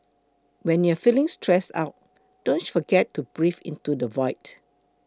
when you are feeling stressed out don't forget to breathe into the void